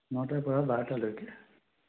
নটাৰ পৰা বাৰটালৈকে